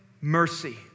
mercy